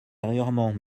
intérieurement